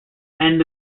end